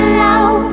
love